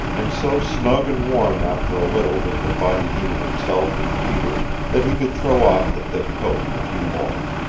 and so snug and warm after a little with the body heat of himself and peter that he could throw off the thick coat which he wore.